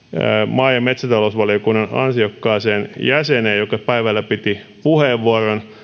maa ja metsätalousvaliokunnan ansiokkaaseen jäseneen joka päivällä piti puheenvuoron